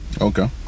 Okay